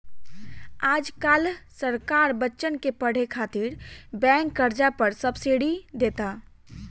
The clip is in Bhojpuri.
आज काल्ह सरकार बच्चन के पढ़े खातिर बैंक कर्जा पर सब्सिडी देता